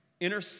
Inner